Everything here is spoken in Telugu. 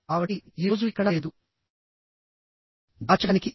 కాబట్టి ఈ రోజు ఎక్కడా లేదు దాచడానికి